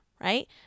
right